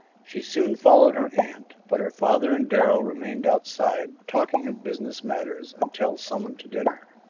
she soon followed her aunt, but her father and darrell remained outside talking of business matters until summoned to dinner.